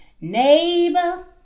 neighbor